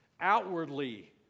Outwardly